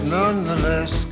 nonetheless